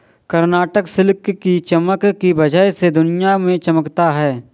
Karnataka silk की चमक की वजह से दुनिया में चमकता है